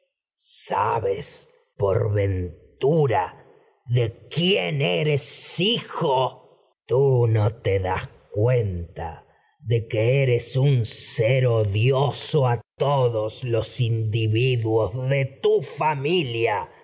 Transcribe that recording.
sabes por ventura de quién odioso eres a hijo tú te das cuenta de que eres un ser de tu todos los individuos familia